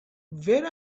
where